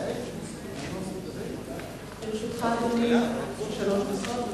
היא לא של יהדות התורה, וגם לא של מפלגת ש"ס.